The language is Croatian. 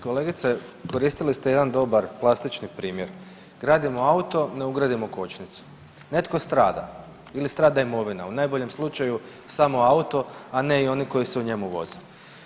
Kolegice koristili ste jedan dobar plastični primjer, gradimo auto ne ugradimo kočnicu, netko strada ili strada imovina u najboljem slučaju samo auto, a ne i oni koji se u njemu voze.